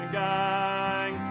gang